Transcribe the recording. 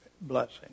blessing